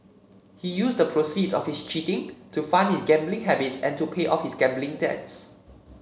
he used the proceeds of his cheating to fund his gambling habits and to pay off his gambling debts